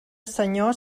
senyor